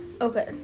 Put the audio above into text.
Okay